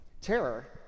terror